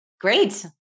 great